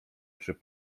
przy